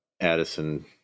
Addison